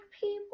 people